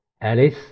Alice